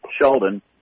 Sheldon